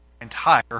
entire